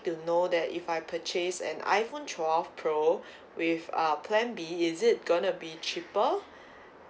to know that if I purchase an iphone twelve pro with uh plan B is it gonna be cheaper